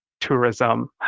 tourism